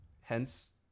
Hence